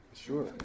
Sure